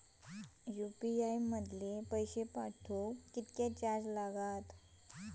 UPI मधलो पैसो पाठवुक किती चार्ज लागात?